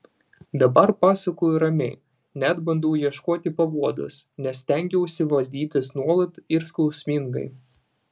dabar pasakoju ramiai net bandau ieškoti paguodos nes stengiausi valdytis nuolat ir skausmingai